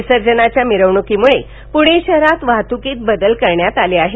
विसर्जनाच्या मिरवणुकीमुळे पुणे शहरात वाहतुकीत बदल करण्यात आले आहेत